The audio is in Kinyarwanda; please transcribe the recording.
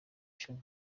icumi